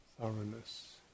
thoroughness